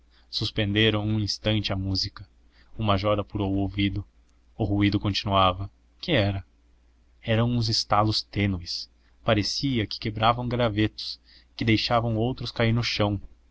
suspenderam um instante a música o major apurou o ouvido o ruído continuava que era eram uns estalos tênues parecia que quebravam gravetos que deixavam outros cair ao chão